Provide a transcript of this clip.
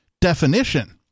definition